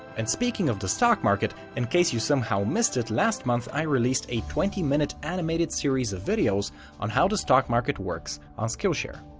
and speaking of the stock market, in case you somehow missed it last month i released a twenty minute animated series of videos on how the stock market works on skillshare.